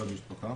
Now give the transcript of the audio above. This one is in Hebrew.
כל המשפחה,